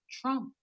Trump